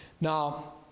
Now